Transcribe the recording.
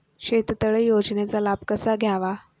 शेततळे योजनेचा लाभ कसा घ्यावा?